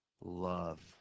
love